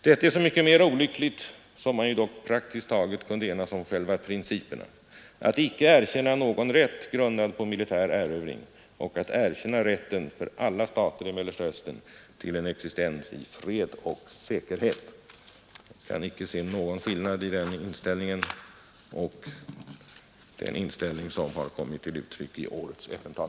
Detta är så mycket mer olyckligt som man ju dock praktiskt taget kunde enas om själva principerna: Att icke erkänna någon rätt grundad på militär erövring och att erkänna rätten för alla stater i Mellersta Östern till en existens i fred och säkerhet.” Jag kan icke se någon skillnad mellan den inställningen och den inställning som har kommit till uttryck i årets FN-tal.